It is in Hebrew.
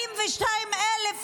42,000